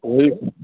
वो ही